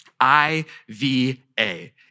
I-V-A